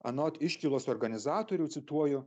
anot iškylos organizatorių cituoju